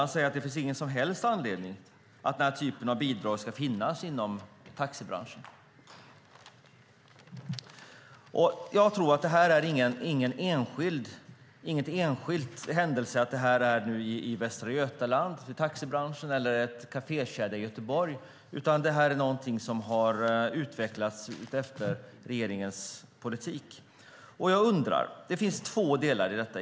Han säger att det inte finns någon som helst anledning att den här typen av bidrag ska finnas inom taxibranschen. Jag tror inte att detta är någon enskild händelse i taxibranschen i Västra Götaland eller en kafékedja i Göteborg, utan detta är något som har utvecklats efter regeringens politik. Det finns egentligen två delar i detta.